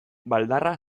baldarra